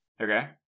Okay